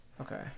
Okay